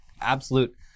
absolute